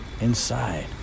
Inside